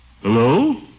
Hello